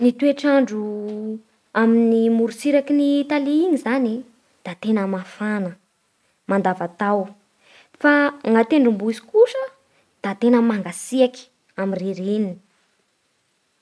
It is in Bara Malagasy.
Ny toetr'andro amin'ny morotsirak'i Italia igny zany e da tena mafana mandavataona fa ny an-tendrombohitsy kosa da tena mangatsiaky amin'ny ririny.